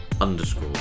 underscore